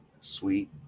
Sweet